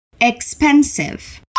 Expensive